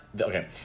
Okay